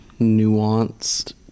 nuanced